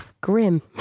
Grim